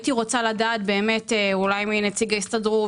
הייתי רוצה לדעת אולי מנציג ההסתדרות,